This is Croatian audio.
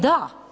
Da.